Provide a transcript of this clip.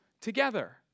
together